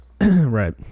Right